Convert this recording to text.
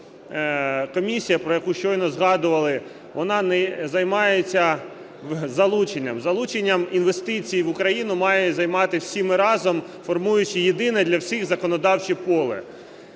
комісія, про яку щойно згадували, вона не займається залученням. Залученням інвестицій в Україну маємо займатися всі ми разом, формуючи єдине для всіх законодавче поле.